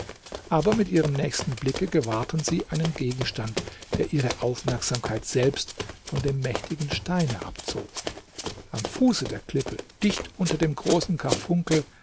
aber mit ihrem nächsten blicke gewahrten sie einen gegenstand der ihre aufmerksamkeit selbst von dem mächtigen steine abzog am fuße der klippe dicht unter dem großen karfunkel